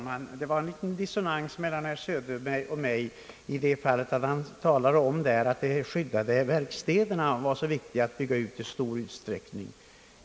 Herr talman! Det förelåg en dissonans mellan herr Söderberg och mig när han framhöll att det var så viktigt att i stor utsträckning bygga ut de skyddade verkstäderna.